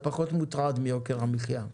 אתה פחות מוטרד מיוקר המחיה,